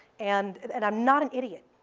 and and i'm not an idiot.